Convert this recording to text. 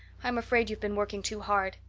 i'm afraid you've been working too hard.